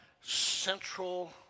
central